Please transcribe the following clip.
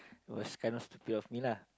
was kind of stupid of me lah